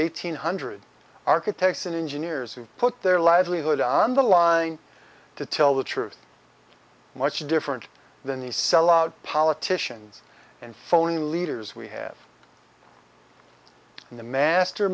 eight hundred architects and engineers who put their livelihood on the line to tell the truth much different than the sellout politicians and phony leaders we have in the master